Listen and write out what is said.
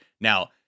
Now